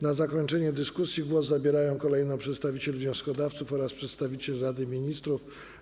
Na zakończenie dyskusji głos zabierają kolejno przedstawiciel wnioskodawców oraz przedstawiciel Rady Ministrów.